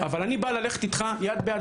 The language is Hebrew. אבל אני בא ללכת איתך יד ביד,